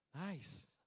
Nice